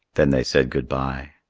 then they said good-bye.